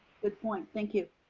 good point. thank you.